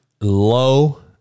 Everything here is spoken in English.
low